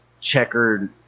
checkered